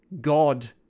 God